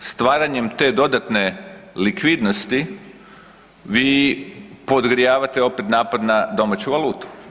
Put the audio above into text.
Stvaranjem te dodatne likvidnosti, vi podgrijavate opet napad na domaću valutu.